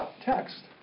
text